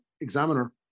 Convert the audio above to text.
Examiner